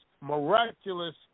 miraculous